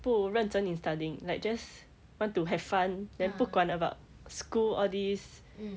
不认真 in studying like just want to have fun then 不管 about school all these